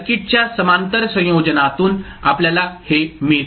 सर्किटच्या समांतर संयोजनातून आपल्याला हे मिळते